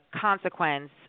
consequence